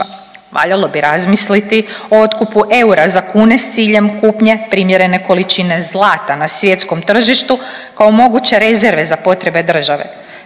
valjalo bi razmisliti o otkupu eura za kune s ciljem kupnje primjerene količine zlata na svjetskom tržištu kao moguće rezerve za potrebe države.